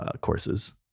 courses